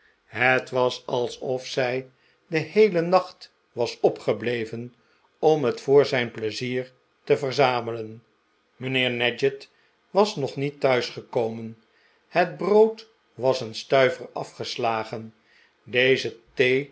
het was alsof zij den heelen nacht was opgebleven om het voor zijn pleizier te verzamelen mijnheer nadgett was nog niet thuis gekomen het brood was een stuiver afgeslagen deze